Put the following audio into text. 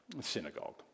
Synagogue